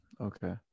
okay